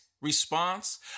response